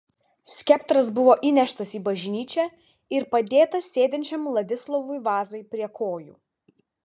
skeptras buvo įneštas į bažnyčią ir padėtas sėdinčiam vladislovui vazai prie kojų